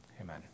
amen